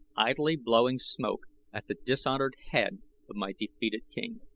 idly blowing smoke at the dishonored head of my defeated king.